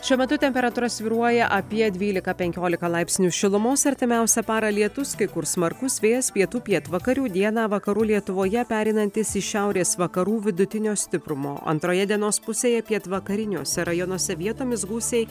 šiuo metu temperatūra svyruoja apie dvylika penkiolika laipsnių šilumos artimiausią parą lietus kai kur smarkus vėjas pietų pietvakarių dieną vakarų lietuvoje pereinantis į šiaurės vakarų vidutinio stiprumo antroje dienos pusėje pietvakariniuose rajonuose vietomis gūsiai